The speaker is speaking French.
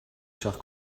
chers